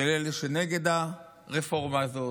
של אלה שנגד הרפורמה הזאת,